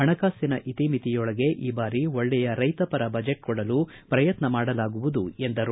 ಹಣಕಾಸಿನ ಇತಿಮಿತಿಯೊಳಗೆ ಈ ಬಾರಿ ಒಳ್ಳೆಯ ರೈತಪರ ಬಜೆಟ್ ಕೊಡಲು ಶ್ರಯತ್ನ ಮಾಡಲಾಗುವುದು ಎಂದರು